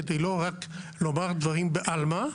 כדי לא רק לומר דברים בעלמה.